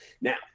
Now